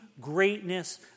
greatness